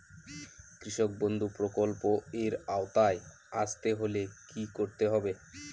কৃষকবন্ধু প্রকল্প এর আওতায় আসতে হলে কি করতে হবে?